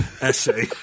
essay